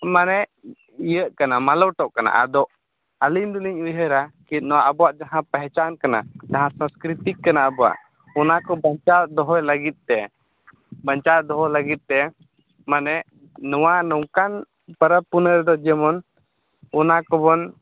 ᱢᱟᱱᱮ ᱤᱭᱟᱹᱜ ᱠᱟᱱᱟ ᱢᱟᱞᱚᱴᱚᱜ ᱠᱟᱱᱟ ᱟᱫᱚᱜ ᱟᱹᱞᱤᱧ ᱫᱚᱞᱤᱧ ᱩᱭᱦᱟᱹᱨᱟ ᱠᱤ ᱱᱚᱣᱟ ᱟᱵᱚᱣᱟᱜ ᱡᱟᱦᱟᱸ ᱯᱮᱦᱮᱪᱟᱱ ᱠᱟᱱᱟ ᱡᱟᱦᱟᱸ ᱥᱚᱥᱠᱨᱤᱛᱤᱠ ᱠᱟᱱᱟ ᱟᱵᱚᱣᱟᱜ ᱚᱱᱟᱠᱚ ᱵᱟᱧᱪᱟᱣ ᱫᱚᱦᱚᱭ ᱞᱟᱹᱜᱤᱫᱛᱮ ᱵᱟᱧᱪᱟᱣ ᱫᱚᱦᱚ ᱞᱟᱹᱜᱤᱫᱛᱮ ᱢᱟᱱᱮ ᱱᱚᱣᱟ ᱱᱚᱝᱠᱟᱱ ᱯᱟᱨᱟᱵᱽ ᱯᱩᱱᱟᱹ ᱨᱮᱫᱚ ᱡᱮᱢᱚᱱ ᱚᱱᱟ ᱠᱚᱵᱚᱱ